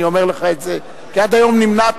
אני אומר לך את זה כי עד היום נמנעתי.